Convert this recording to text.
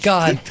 God